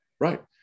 right